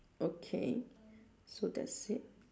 okay so that's it